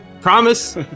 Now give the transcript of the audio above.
promise